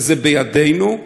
וזה בידינו.